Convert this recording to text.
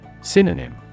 Synonym